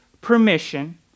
permission